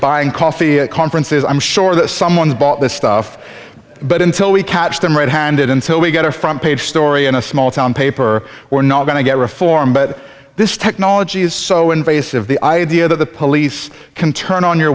buying coffee at conferences i'm sure that someone bought this stuff but until we catch them red handed until we get a front page story in a small town paper we're not going to get reform but this technology is so invasive the idea that the police can turn on your